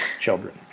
children